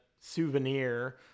souvenir